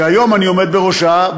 שהיום אני עומד בראשה,